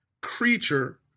creature